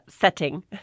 setting